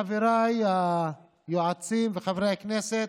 חבריי היועצים וחברי הכנסת,